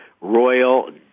Royal